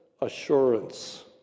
assurance